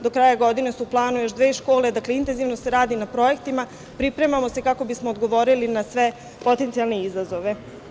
Do kraja godine su u planu još dve škole, dakle, intezivno se radi na projektima, pripremamo se kako bismo odgovorili na sve potencijalne izazove.